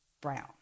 Brown